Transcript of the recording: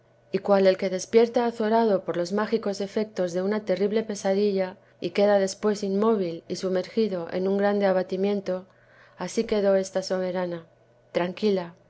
y cual el que despierta azorado por los mágicos efectos de una terrible pesadilla y queda después inmóvil y sumergido en un grande abatimiento asi quedó esta soberana tranquila